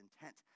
intent